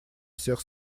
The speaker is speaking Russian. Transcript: всех